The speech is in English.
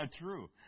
true